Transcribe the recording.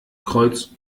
kreuz